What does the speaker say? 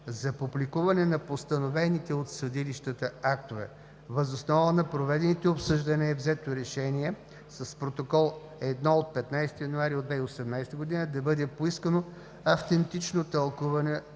за публикуване на постановените от съдилищата актове. Въз основа на проведените обсъждания е взето решение с Протокол № 1 от 15 януари 2018 г. да бъде поискано автентично тълкуване от